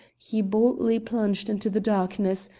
he boldly plunged into the darkness,